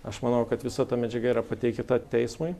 aš manau kad visa ta medžiaga yra pateikta teismui